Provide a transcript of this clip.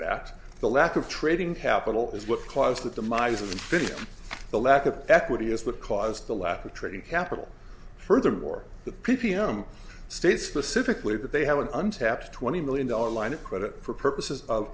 fact the lack of trading capital is what caused the demise of the lack of equity is what caused the lack of training capital furthermore the p p m states specifically that they have an untapped twenty million dollar line of credit for purposes of